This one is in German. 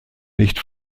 nicht